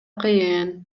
кыйын